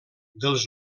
dels